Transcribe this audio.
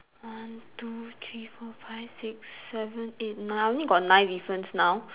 one two three four five six seven eight nine I only got nine difference now